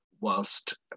whilst